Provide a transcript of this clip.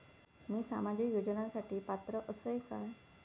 मी सामाजिक योजनांसाठी पात्र असय काय?